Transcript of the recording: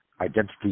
identity